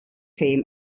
team